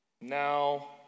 Now